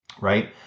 Right